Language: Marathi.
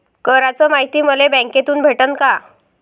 कराच मायती मले बँकेतून भेटन का?